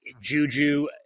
Juju